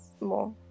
more